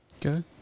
Good